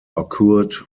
occurred